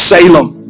Salem